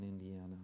Indiana